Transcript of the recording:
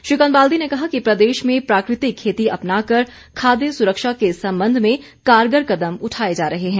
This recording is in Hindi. श्रीकांत बाल्दी ने कहा कि प्रदेश में प्राकृतिक खेती अपनाकर खाद्य सुरक्षा के संबंध में कारगर कदम उठाए जा रहे हैं